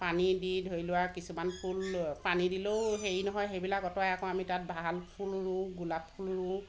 পানী দি ধৰি লোৱা কিছুমান ফুল পানী দিলেও হেৰি নহয় সেইবিলাক আঁতৰাই আকৌ আমি তাত ভাল ফুল ৰোওঁ গোলাপ ফুল ৰোওঁ